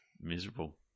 Miserable